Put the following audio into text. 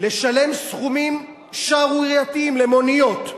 לשלם סכומים שערורייתיים למוניות,